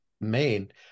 made